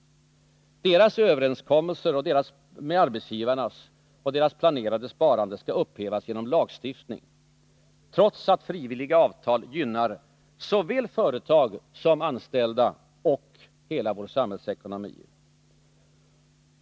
Deras överenskommelser med arbetsgivarna och deras planerade sparande skall upphävas genom lagstiftning. Trots att frivilliga avtal gynnar såväl företag som anställda och hela vår samhällsekonomi.